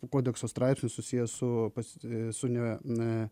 kodekso straipsnis susijęs su pas su ne e